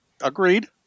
Agreed